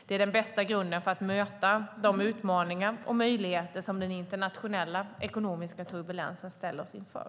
Det är den bästa grunden för att möta de utmaningar, och möjligheter, som den internationella ekonomiska turbulensen ställer oss inför.